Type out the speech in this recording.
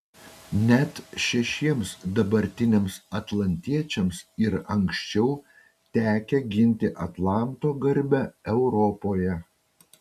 net šešiems dabartiniams atlantiečiams yra anksčiau tekę ginti atlanto garbę europoje